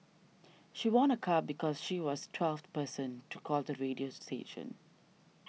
she won a car because she was twelfth person to call the radio station